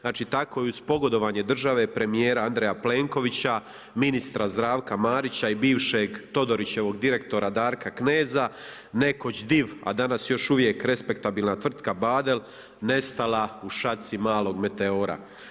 Znači tako je i uz pogodovanje države, premijera Andreja Plenkovića, ministra Zdravka Marića i bivšeg Todorićevog direktora Darka Kneza, nekoć div a danas još uvijek respektabilna tvrtka Badel nestala u šaci malog meteora.